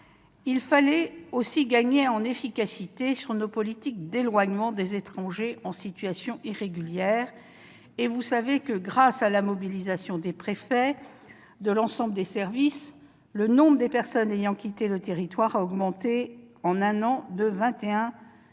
Il fallait aussi gagner en efficacité pour ce qui concerne nos politiques d'éloignement des étrangers en situation irrégulière. Vous le savez, grâce à la mobilisation des préfets et de l'ensemble des services, le nombre de personnes ayant quitté le territoire a augmenté de 21,6 % en un an.